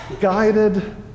guided